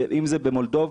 אם זה במולדובה,